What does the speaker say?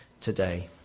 today